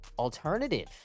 alternative